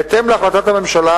בהתאם להחלטת הממשלה,